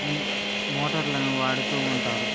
మోటార్లను వాడుతు ఉంటారు